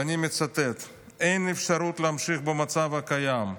ואני מצטט: "אין אפשרות להמשיך במצב הקיים.